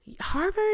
Harvard